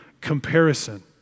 comparison